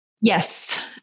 Yes